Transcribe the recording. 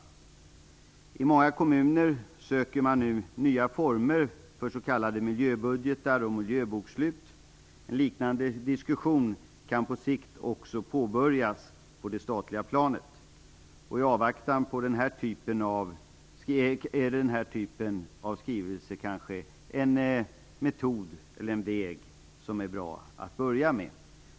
I många kommuner söker man nu nya former för s.k. miljöbudgetar och miljöbokslut. En liknande diskussion kan på sikt också påbörjas på det statliga planet. I avvaktan på detta är den här typen av skrivelse en bra metod eller väg att börja med.